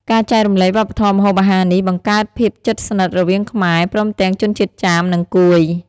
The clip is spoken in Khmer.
ការចែករំលែកវប្បធម៌ម្ហូបអាហារនេះបង្កើតភាពជិតស្និទរវាងខ្មែរ ព្រមទាំងជនជាតិចាម និងកួយ។